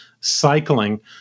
cycling